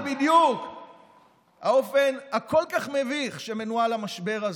אבל בדיוק האופן הכל-כך מביך שבו מנוהל המשבר הזה,